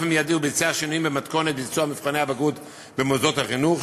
שינויים במתכונת ביצוע מבחני הבגרות במוסדות החינוך.